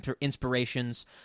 inspirations